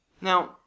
Now